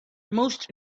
most